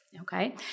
Okay